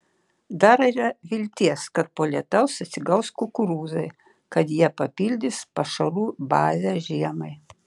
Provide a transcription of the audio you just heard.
dar yra vilties kad po lietaus atsigaus kukurūzai kad jie papildys pašarų bazę žiemai